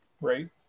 Right